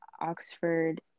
oxford